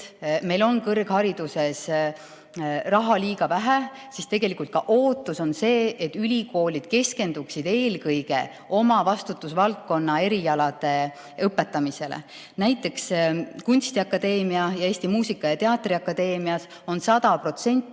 meil on kõrghariduses raha liiga vähe, on ootus, et ülikoolid keskenduksid eelkõige oma vastutusvaldkonna erialade õpetamisele. Näiteks kunstiakadeemias ja Eesti Muusika- ja Teatriakadeemias on 100%